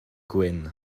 gwyn